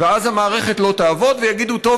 ואז המערכת לא תעבור ויגידו: טוב,